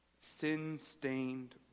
sin-stained